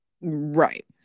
right